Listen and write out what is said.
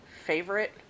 favorite